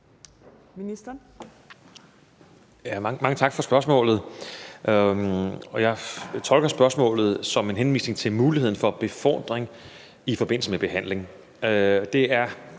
Mange tak for spørgsmålet. Jeg tolker spørgsmålet som en henvisning til muligheden for befordring i forbindelse med behandling.